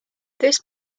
this